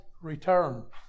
return